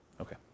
Okay